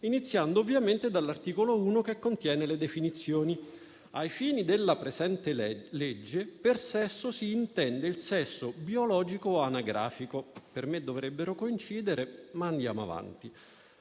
iniziando ovviamente dall'articolo 1, che contiene le definizioni. «Ai fini della presente legge: *a)* per sesso si intende il sesso biologico o anagrafico». Per me dovrebbero coincidere, ma andiamo avanti.